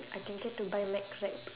I can get to buy mcwrap